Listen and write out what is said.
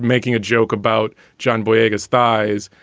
making a joke about john boyega sties,